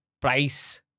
price